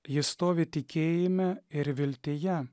ji stovi tikėjime ir viltyje